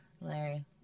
Larry